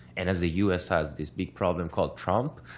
and as the us has this big problem called trump,